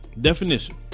definition